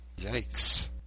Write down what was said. Yikes